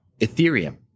Ethereum